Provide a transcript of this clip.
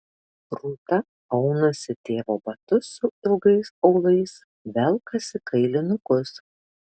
rūta aunasi tėvo batus su ilgais aulais velkasi kailinukus